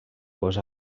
cos